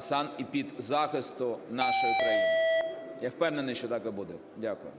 санепідзахисту нашої країни. Я впевнений, що так і буде. Дякую.